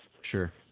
Sure